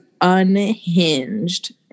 unhinged